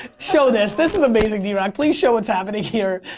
show this. this is amazing, drock. please show what's happening here.